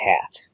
hat